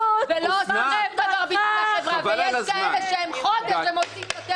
ויש כאלה שהם חודש ועושים יותר ממך לחברה.